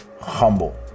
humble